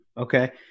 Okay